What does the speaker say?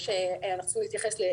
רצוי להתייחס לשאר